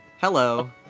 Hello